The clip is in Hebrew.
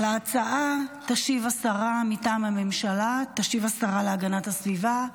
על ההצעה תשיב מטעם הממשלה השרה להגנת הסביבה,